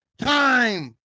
time